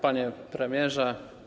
Panie Premierze!